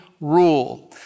rule